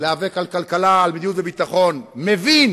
הולך להיאבק על כלכלה, על מדיניות וביטחון, מבין